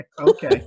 Okay